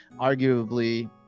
arguably